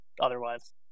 otherwise